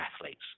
athletes